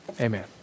Amen